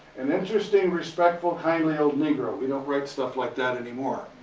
an interesting respectful kindly old negro. we don't write stuff like that anymore.